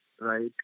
right